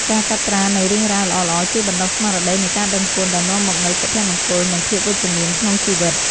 ការកត់ត្រានូវរឿងរ៉ាវល្អៗជួយបណ្ដុះស្មារតីនៃការដឹងគុណ ដែលនាំមកនូវសុភមង្គល និងភាពវិជ្ជមានក្នុងជីវិត។